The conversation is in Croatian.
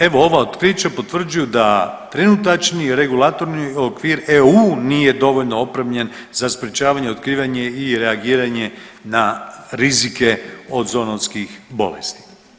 Evo, ova otkrića potvrđuju da trenutačni regulatorni okvir EU nije dovoljno opremljen za sprječavanje i otkrivanje i reagiranje na rizike od zoonotskih bolesti.